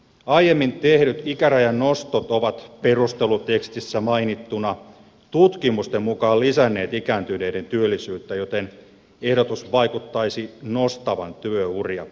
aiemmin tehdyt ikärajan nostot ovat perustelutekstissä mainittuina tutkimusten mukaan lisänneet ikääntyneiden työllisyyttä joten ehdotus vaikuttaisi nostavan työuria